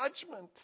judgment